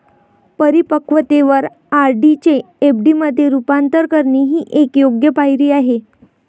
परिपक्वतेवर आर.डी चे एफ.डी मध्ये रूपांतर करणे ही एक योग्य पायरी आहे